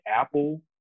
apple